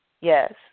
Yes